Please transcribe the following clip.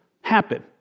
happen